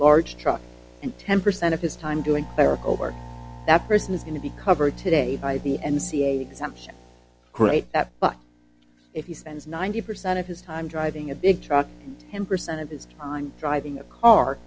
large truck and ten percent of his time doing clerical work that person is going to be covered today by the n c a a exemption great but if he spends ninety percent of his time driving a big truck ten percent of his on driving a car